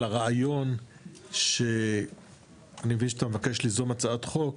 על הרעיון שאני מבין שאתה מבקש ליזום הצעת חוק,